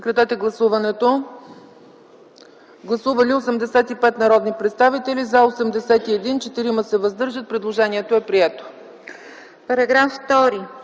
Параграф 3.